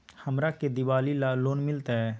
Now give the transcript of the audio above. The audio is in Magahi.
हमरा के दिवाली ला लोन मिलते?